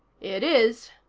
it is,